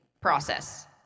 process